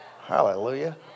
Hallelujah